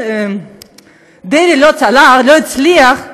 שדרעי לא יצליח,